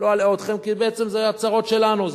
לא אלאה אתכם, כי בעצם זה הצרות שלנו.